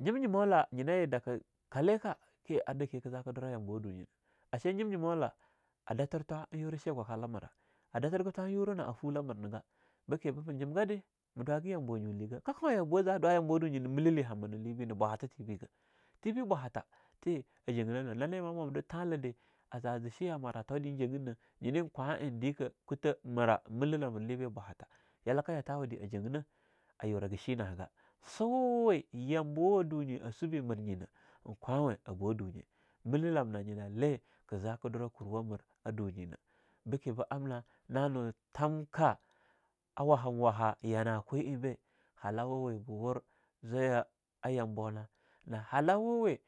Nyemnyimola nyina ye dakah kalika ke a dake zaka durrah yambawa dunyina, a'she nyemnyimola a datir thwa eing yura chegwakala mirah, a datir gah thwa eing yura na'a fula amnir na nagah, bike be ma nyem gahdi ma dwaga yamba nyulega. Kah koyah a bow za'a dwa yambo a dunye na melale hamir na libe nah, bahatha tee binagah. Tee be bwahatha tee a jenginah na nane mah mwamde thalah de aza ze shiya mwarathau de ein jenginah, nyina kwa eing dika kutha mira melelamir libe bwahatha yalaka yathawa de a jenginh a yuraga shinagah. Suwa we yambowa dunye a sube mirnyenah, eing kwawe a bow dunyenah. Mila lamnah nyinah le ka zakah durah kurwah mir a dunyena. Beki bah amna nah no thamkah a wahumwaha yana kwe eing bae, a halawa we ba wur zwaya yambo na, na halawe